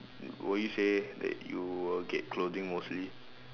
will you say that you will get clothing mostly